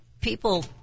people